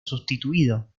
sustituido